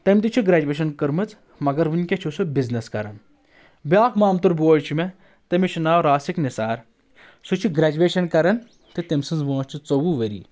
تٔمۍ تہِ چھِ گرَیٚجِویشَن کٔرمٕژ مَگر وٕنکیٚس سُہ بِزنؠس کران بِیاکھ مامتُر بوے چھُ مےٚ تٔمِس چھُ ناو راسِک نِثار سُہ چھُ گرَیٚجِویشَن کران تہٕ تٔمۍ سٕنٛز وٲنٛس چھِ ژوٚوُہ ؤری